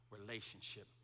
relationship